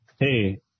hey